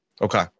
Okay